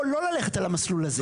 או לא ללכת למסלול הזה.